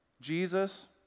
Jesus